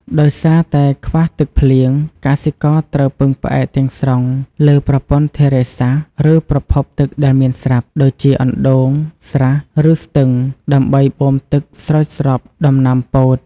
ដោយសារតែខ្វះទឹកភ្លៀង កសិករត្រូវពឹងផ្អែកទាំងស្រុងលើប្រព័ន្ធធារាសាស្ត្រ ឬប្រភពទឹកដែលមានស្រាប់ ដូចជាអណ្ដូង ស្រះ ឬស្ទឹង ដើម្បីបូមទឹកស្រោចស្រពដំណាំពោត។